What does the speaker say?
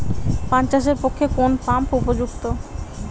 পান চাষের পক্ষে কোন পাম্প উপযুক্ত?